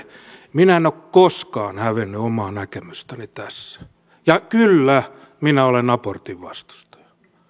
minä en ole koskaan hävennyt omaa näkemystäni tässä ja kyllä minä olen abortin vastustaja